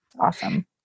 Awesome